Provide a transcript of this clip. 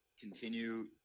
continue